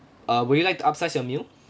uh would you like to upsize your meal